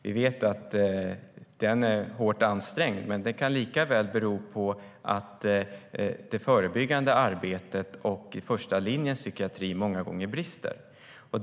Vi vet att den är hårt ansträngd, men det kan lika väl bero på att det förebyggande arbetet och första linjens psykiatri många gånger brister.